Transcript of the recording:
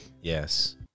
Yes